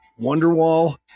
Wonderwall